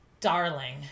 darling